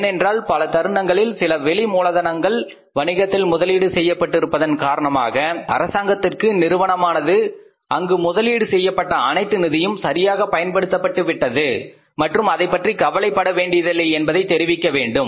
ஏனென்றால் பல தருணங்களில் சில வெளி மூலதனங்கள் வணிகத்தில் முதலீடு செய்யப்பட்டிருப்பதன் காரணமாக அரசாங்கத்திற்கு நிறுவனமானது அங்கு முதலீடு செய்யப்பட்ட அனைத்து நிதியும் சரியாக பயன்படுத்தப்பட்டுவிட்டது மற்றும் அதைப்பற்றி கவலைப்பட வேண்டியதில்லை என்பதை தெரிவிக்க வேண்டும்